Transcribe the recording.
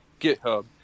GitHub